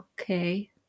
Okay